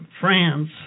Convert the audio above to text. France